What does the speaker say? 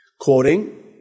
Quoting